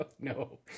No